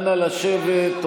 אנא, לשבת.